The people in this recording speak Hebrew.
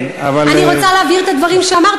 אני רוצה להבהיר את הדברים שאמרתי,